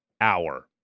hour